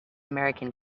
american